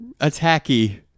attacky